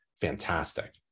fantastic